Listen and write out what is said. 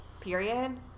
period